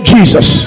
Jesus